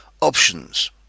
Options